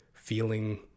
feeling